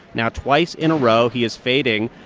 now twice in a row, he is fading.